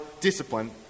discipline